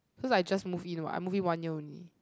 because I just move in what I move in one year only